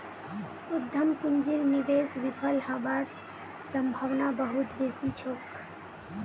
उद्यम पूंजीर निवेश विफल हबार सम्भावना बहुत बेसी छोक